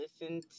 listen